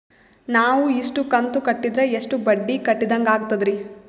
ನಾವು ಇಷ್ಟು ಕಂತು ಕಟ್ಟೀದ್ರ ಎಷ್ಟು ಬಡ್ಡೀ ಕಟ್ಟಿದಂಗಾಗ್ತದ್ರೀ?